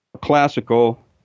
classical